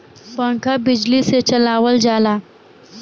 पंखा बिजली से चलावल जाला